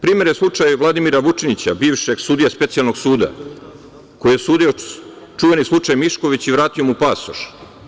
Primer je Vladimir Vučinić, bivši sudija Specijalnog suda koji je sudio čuveni slučaj Mišković i vratio mu pasoš.